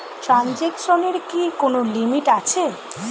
ট্রানজেকশনের কি কোন লিমিট আছে?